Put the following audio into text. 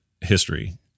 history